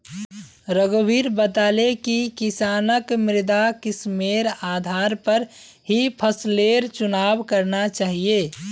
रघुवीर बताले कि किसानक मृदा किस्मेर आधार पर ही फसलेर चुनाव करना चाहिए